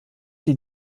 sie